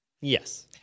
Yes